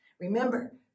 Remember